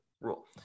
rule